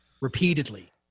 Repeatedly